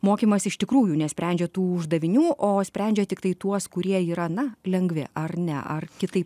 mokymas iš tikrųjų nesprendžia tų uždavinių o sprendžia tiktai tuos kurie yra na lengvi ar ne ar kitaip